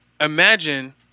imagine